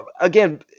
again